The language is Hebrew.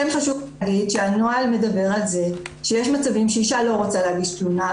כן חשוב להגיד שהנוהל מדבר על זה שיש מצבים שאישה לא רוצה להגיש תלונה,